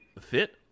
fit